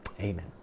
Amen